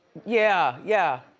yeah, yeah.